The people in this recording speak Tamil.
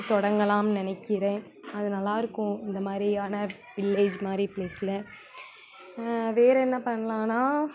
தொடங்கலாம்ன்னு நினைக்கிறேன் அது நல்லாயிருக்கும் இந்த மாதிரியான வில்லேஜ் மாதிரி ப்ளேஸ்சில் வேறு என்ன பண்ணலான்னால்